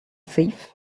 thief